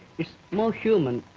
it's more human,